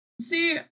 See